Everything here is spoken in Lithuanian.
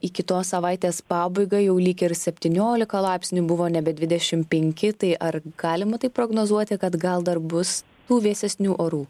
į kitos savaitės pabaigą jau lyg ir septyniolika laipsnių buvo nebe dvidešimt penki tai ar galima taip prognozuoti kad gal dar bus tų vėsesnių orų